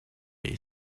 the